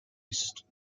east